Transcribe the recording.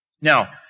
Now